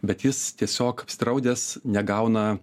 bet jis tiesiog apsidraudęs negauna